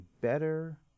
better